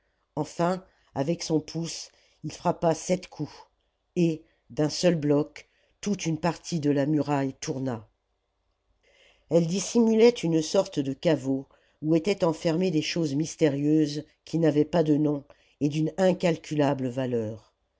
enfin avec son pouce il frappa sept coups et d'un seul bloc toute une partie de la muraille tourna elle dissimulait une sorte de caveau où étaient enfermées des choses mystérieuses qui n'avaient pas de nom et d'une incalculable valeur